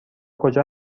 کجا